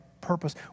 purpose